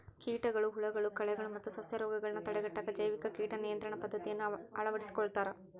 ಕೇಟಗಳು, ಹುಳಗಳು, ಕಳೆಗಳು ಮತ್ತ ಸಸ್ಯರೋಗಗಳನ್ನ ತಡೆಗಟ್ಟಾಕ ಜೈವಿಕ ಕೇಟ ನಿಯಂತ್ರಣ ಪದ್ದತಿಯನ್ನ ಅಳವಡಿಸ್ಕೊತಾರ